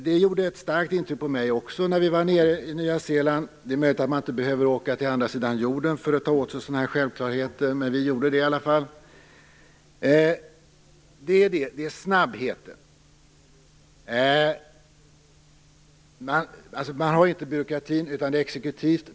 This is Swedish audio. Det gjorde ett starkt intryck på mig när vi var nere i Nya Zeeland. Det är möjligt att man inte behöver åka till andra sidan jorden för att ta åt sig sådana självklarheter, men vi gjorde det i alla fall. Det är snabbheten som är viktig. Man har ingen byråkrati. Det är exekutivt.